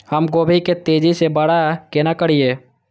हम गोभी के तेजी से बड़ा केना करिए?